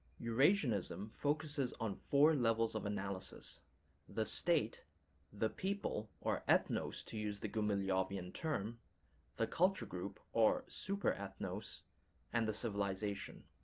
eurasianism focuses on four levels of analysis the state the people or ethnos to use the gumilevian term the culture group or superethnos and the civilization.